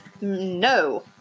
no